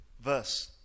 verse